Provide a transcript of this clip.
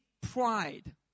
pride